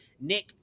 Nick